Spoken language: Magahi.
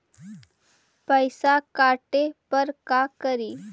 पैसा काटे पर का करि?